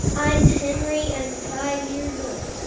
i'm henry. i'm five years old.